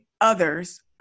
others